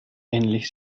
ähnlich